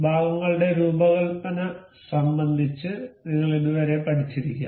ഭാഗങ്ങളുടെ രൂപകൽപ്പന സംബന്ധിച്ച് നിങ്ങൾ ഇതുവരെ പഠിച്ചിരിക്കാം